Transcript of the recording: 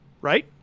right